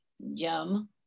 Yum